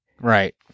Right